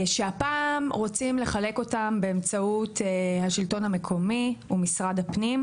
שהפעם רוצים לחלק אותם באמצעות השלטון המקומי ומשרד הפנים,